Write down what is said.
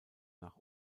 nach